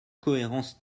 cohérence